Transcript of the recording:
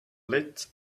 lit